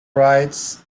rights